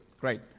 great